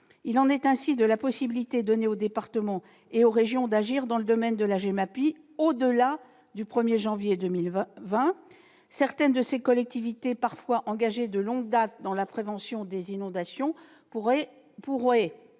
Il en est ainsi de la possibilité donnée aux départements et aux régions d'agir dans le domaine de la GEMAPI au-delà du 1 janvier 2020. Certaines de ces collectivités, parfois engagées de longue date dans la prévention des inondations, pourraient